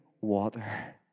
water